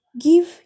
Give